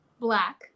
black